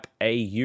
au